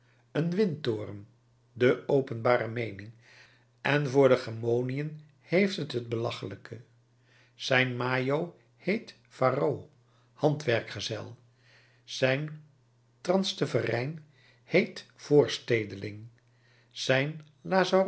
een windtoren de openbare meening en voor de gemoniën heeft het t belachelijke zijn majo heet faraud handwerkgezel zijn transteverijn heet voorstedeling zijn